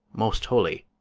most holy.